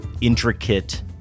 intricate